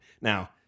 Now